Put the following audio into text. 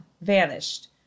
vanished